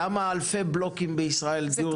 למה אלפי בלוקים בישראל, דיור ציבורי, לא מכוסים?